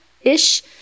ish